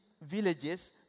villages